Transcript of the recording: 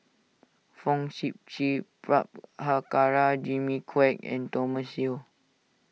Fong Sip Chee Prabhakara Jimmy Quek and Thomas Yeo